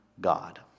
God